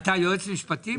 אתה יועץ משפטי?